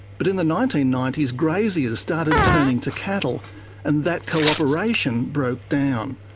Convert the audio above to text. but in the nineteen ninety s graziers started turning to cattle and that co-operation broke down.